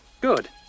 good